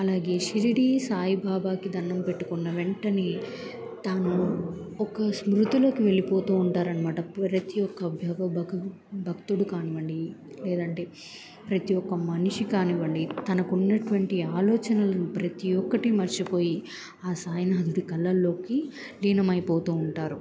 అలాగే షిరిడి సాయిబాబాకి దండం పెట్టుకున్న వెంటనే తను ఒక స్మృతులకు వెళ్ళిపోతూ ఉంటారనమాట ప్రతి ఒక్క భగ భక్ భక్తుడు కానివ్వండి లేదంటే ప్రతి ఒక్క మనిషి కానివ్వండి తనకున్నటువంటి ఆలోచనలు ప్రతి ఒక్కటి మర్చిపోయి ఆ సాయినాథుడి కళల్లోకి లీణమైపోతూ ఉంటారు